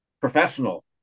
Professional